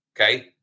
okay